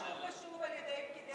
זה נאמר שוב ושוב על-ידי פקידי האוצר,